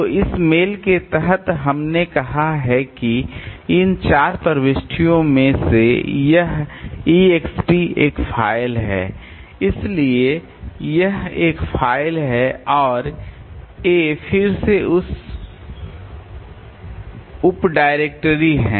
तो इस मेल के तहत हमने कहा है कि इन चार प्रविष्टियों में से यह exp एक फाइल है इसलिए यह एक फाइल है और ये फिर से उप डायरेक्टरी हैं